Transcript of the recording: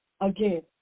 again